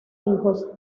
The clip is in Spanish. hijos